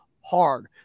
hard